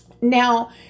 Now